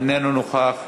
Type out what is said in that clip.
איננו נוכח.